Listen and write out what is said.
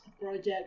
project